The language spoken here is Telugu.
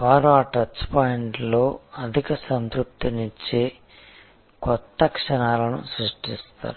వారు ఆ టచ్ పాయింట్లలో అధిక సంతృప్తినిచ్చే కొత్త క్షణాలను సృష్టిస్తారు